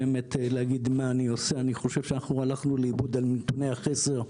אני חושב שאנחנו הלכנו לאיבוד על נתוני החסר,